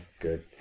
Good